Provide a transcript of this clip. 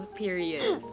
period